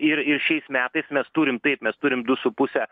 ir ir šiais metais mes turim taip mes turim du su puse